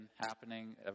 happening